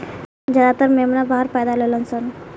ज्यादातर मेमना बाहर पैदा लेलसन